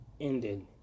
ended